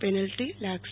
penalty લાગશે